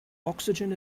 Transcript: oxygen